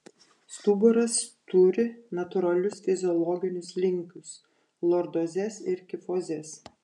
stuburas turi natūralius fiziologinius linkius lordozes ir kifozes